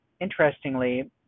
interestingly